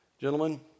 Gentlemen